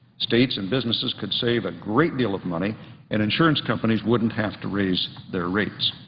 states and businesses could save a great deal of money and insurance companies wouldn't have to raise their rates.